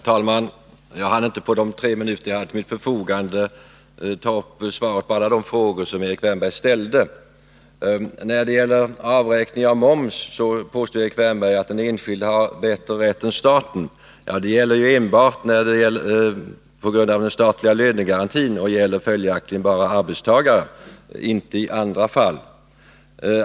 Herr talman! På de tre minuter jag hade till mitt förfogande i min förra replik hann jag inte svara på alla de frågor som Erik Wärnberg ställde. Beträffande avräkningen av momsen påstår Erik Wärnberg att den enskilde har bättre rätt än staten. Men det är ju enbart på grund av den statliga lönegarantin, och det gäller följaktligen enbart arbetstagare och inte i andra fall.